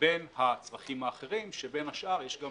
לבין הצרכים האחרים, שבין השאר יש גם